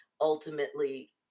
ultimately